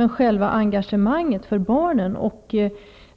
Men själva engagemanget för barnen och